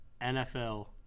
NFL